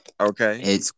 Okay